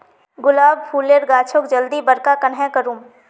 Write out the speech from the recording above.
गुलाब फूलेर गाछोक जल्दी बड़का कन्हे करूम?